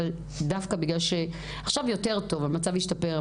עכשיו המצב השתפר,